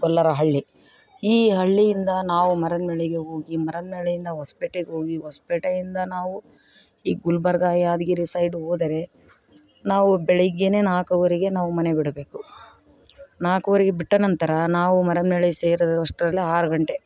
ಗೊಲ್ಲರಹಳ್ಳಿ ಈ ಹಳ್ಳಿಯಿಂದ ನಾವು ಮರಿಯಮ್ನಳ್ಳಿಗೆ ಹೋಗಿ ಮರಿಯಮ್ನಳ್ಳಿಯಿಂದ ಹೊಸ್ಪೇಟೆಗ್ ಹೋಗಿ ಹೊಸ್ಪೇಟೆಯಿಂದ ನಾವು ಈ ಗುಲ್ಬರ್ಗ ಯಾದಗಿರಿ ಸೈಡ್ ಹೋದರೆ ನಾವು ಬೆಳಗ್ಗೆ ನಾಲ್ಕೂವರೆಗೆ ನಾವು ಮನೆ ಬಿಡಬೇಕು ನಾಲ್ಕೂವರೆಗೆ ಬಿಟ್ಟ ನಂತರ ನಾವು ಮರಿಯಮ್ನಳ್ಳಿ ಸೇರುವಷ್ಟರಲ್ಲಿ ಆರು ಗಂಟೆ